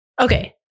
Okay